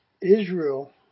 Israel